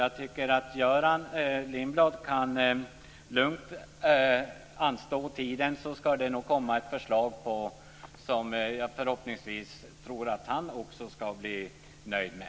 Göran Lindblad kan lugnt se tiden an, så ska det komma ett förslag som jag tror att förhoppningsvis även han ska bli nöjd med.